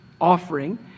offering